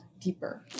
deeper